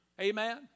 Amen